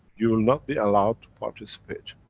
you'll not be allowed to participate.